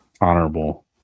honorable